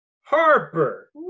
Harper